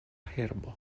herbo